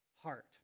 heart